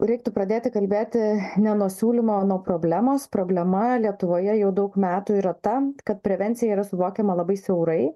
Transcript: reiktų pradėti kalbėti ne nuo siūlymo o nuo problemos problema lietuvoje jau daug metų yra ta kad prevencija yra suvokiama labai siaurai